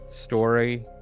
Story